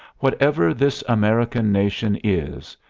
whatever this american nation is,